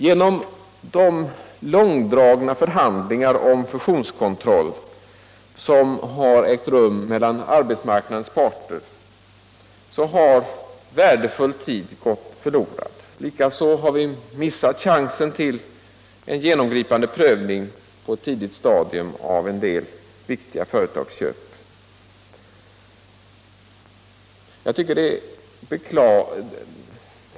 Genom de långdragna förhandlingar om fusionskontroll som har ägt rum mellan arbetsmarknadens parter har värdefull tid gått förlorad. Likaså har vi missat chansen till en genomgripande prövning på ett tidigt stadium av en del viktiga företagsköp.